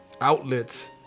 outlets